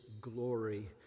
glory